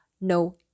No